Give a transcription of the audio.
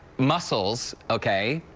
muscles, okay,